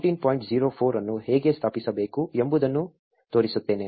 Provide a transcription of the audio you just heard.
04 ಅನ್ನು ಹೇಗೆ ಸ್ಥಾಪಿಸಬೇಕು ಎಂಬುದನ್ನು ತೋರಿಸುತ್ತೇನೆ